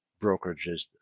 brokerages